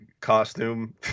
costume